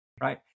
right